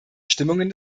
bestimmungen